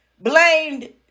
blamed